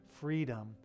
freedom